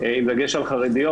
עם דגש על חרדיות,